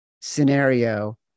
scenario